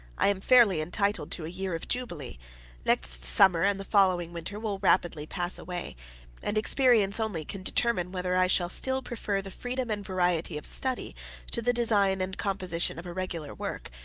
i am fairly entitled to a year of jubilee next summer and the following winter will rapidly pass away and experience only can determine whether i shall still prefer the freedom and variety of study to the design and composition of a regular work,